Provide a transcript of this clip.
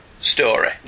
story